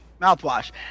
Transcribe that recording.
Mouthwash